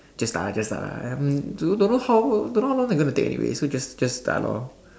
just start lah just start lah um don't don't know how don't know long they are going to take anyway so just just start lor